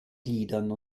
gliedern